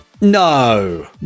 No